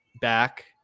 back